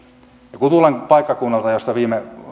ja kun tulen paikkakunnalta josta viime